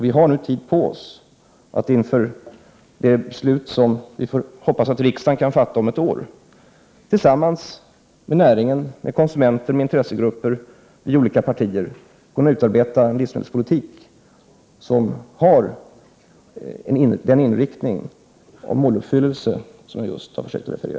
Vi har nu tid på oss att, inför det beslut som vi hoppas riksdagen kan fatta inom ett år, utarbeta en livsmedelspolitik — som har den inriktning och målsättning jag nyss försökt redogöra för —- tillsammans med näringen, konsumenter och intressegrupper inom olika partier.